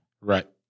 Right